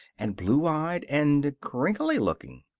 and blue-eyed, and crinkly looking.